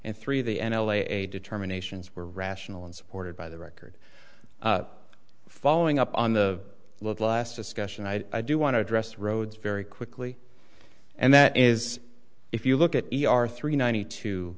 and three the n l a a determinations were rational and supported by the record following up on the last discussion i do want to address rhodes very quickly and that is if you look at e r three ninety two